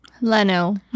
Leno